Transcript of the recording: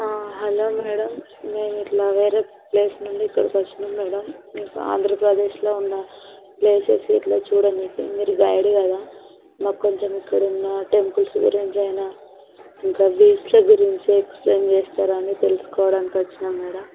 ఆ hello madam మేము ఇలా వేరే ప్లేస్ నుండి ఇక్కడికి వచ్చాం మేడం ఆంధ్రప్రదేశ్లో ఉన్నప్లేసెస్ ఇలా చూడాలి అనుకుంటున్నాము మీరు గైడ్ కదా మాకు కొంచెం ఇక్కడ ఉన్న టెంపుల్స్ గురించి అయినా ఇంకా దీక్ష గురించి ఎక్స్ప్లేయిన్ చేస్తారా అని తెలుసుకోవడానికి వచ్చాము మేడం